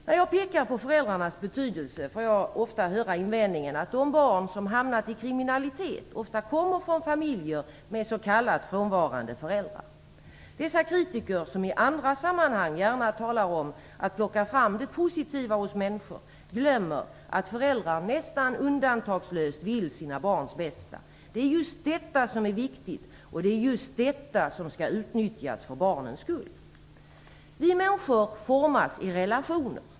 När jag pekar på föräldrarnas betydelse får jag ofta höra invändningen att de barn som har hamnat i kriminalitet ofta kommer från familjer med s.k. frånvarande föräldrar. Dessa kritiker som i andra sammanhang gärna talar om att man skall plocka fram det positiva hos människor glömmer att föräldrar nästan undantagslöst vill sina barns bästa. Det är just detta som är viktigt, och det är just detta som skall utnyttjas för barnens skull. Vi människor formas i relationer.